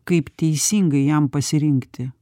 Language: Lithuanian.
kaip teisingai jam pasirinkti